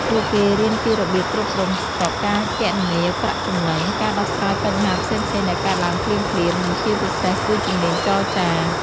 ពួកគេរៀនពីរបៀបគ្រប់គ្រងស្តុក ការគណនាប្រាក់ចំណេញ ការដោះស្រាយបញ្ហាផ្សេងៗដែលកើតឡើងភ្លាមៗ និងជាពិសេសគឺជំនាញចរចា។